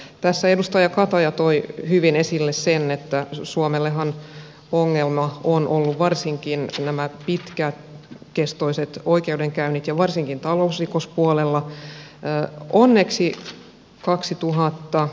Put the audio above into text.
tässä edustaja kataja toi hyvin esille sen että suomellehan ongelma ovat olleet varsinkin nämä pitkäkestoiset oikeudenkäynnit ja varsinkin talousrikospuolella